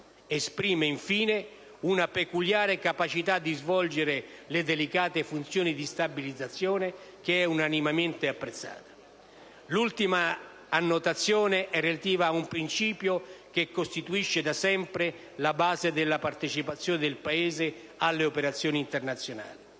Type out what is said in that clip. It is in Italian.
esprime infine una peculiare capacità di svolgere le delicate funzioni di stabilizzazione, che è unanimemente apprezzata. L'ultima notazione è relativa ad un principio che costituisce da sempre la base della partecipazione del Paese alle operazioni internazionali.